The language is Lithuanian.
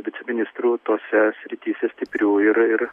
viceministrų tose srityse stiprių ir ir